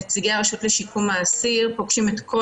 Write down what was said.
נציגי הרשות לשיקום האסיר פוגשים את כל